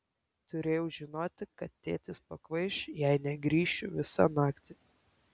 turėjau žinoti kad tėtis pakvaiš jei negrįšiu visą naktį